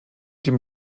dem